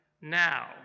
now